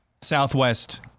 Southwest